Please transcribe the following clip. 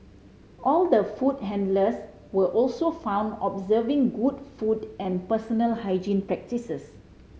all the food handlers were also found observing good food and personal hygiene practices